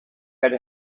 that